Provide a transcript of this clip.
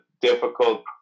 difficult